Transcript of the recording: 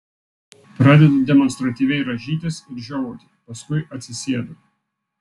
pradedu demonstratyviai rąžytis ir žiovauti paskui atsisėdu